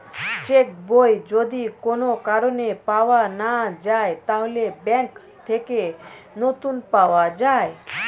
check বই যদি কোন কারণে পাওয়া না যায়, তাহলে ব্যাংক থেকে নতুন পাওয়া যায়